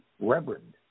reverend